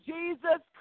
Jesus